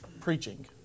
preaching